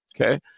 Okay